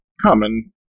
common